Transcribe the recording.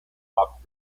pop